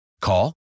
Call